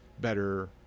better